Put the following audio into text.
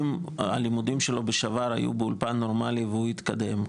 אם הלימודים שלו בשובר היו באולפן נורמלי והוא התקדם,